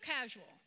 casual